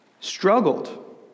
struggled